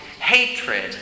hatred